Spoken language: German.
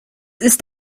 ist